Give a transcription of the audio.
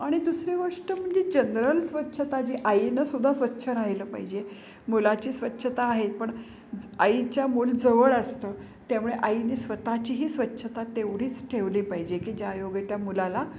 आणि दुसरी गोष्ट म्हणजे जनरल स्वच्छता जी आईनं सुद्धा स्वच्छ राहिलं पाहिजे मुलाची स्वच्छता आहे पण आईच्या मूल जवळ असतं त्यामुळे आईने स्वतःचीही स्वच्छता तेवढीच ठेवली पाहिजे की ज्यायोगे त्या मुलाला